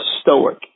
stoic